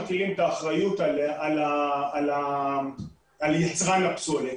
מטילים את האחריות על יצרן הפסולת.